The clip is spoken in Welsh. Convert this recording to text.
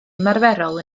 ymarferol